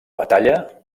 batalla